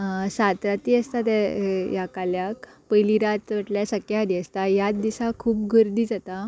सात राती आसता ते ह्या काल्याक पयली रात म्हटल्यार सख्या हरी आसता ह्या दिसा खूब गर्दी जाता